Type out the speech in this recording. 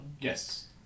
Yes